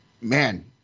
Man